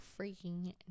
freaking